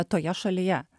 toje šalyje